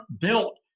built